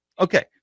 okay